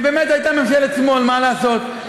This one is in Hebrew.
זו באמת הייתה ממשלת שמאל, מה לעשות.